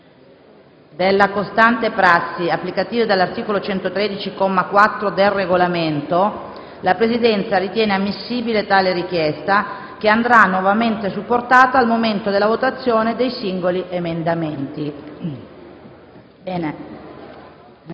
della costante prassi applicativa dell'articolo 113, comma 4, del Regolamento, la Presidenza ritiene ammissibile tale richiesta, che andrà nuovamente supportata al momento della votazione dei singoli emendamenti. Stante